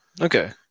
Okay